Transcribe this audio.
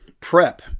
prep